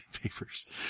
papers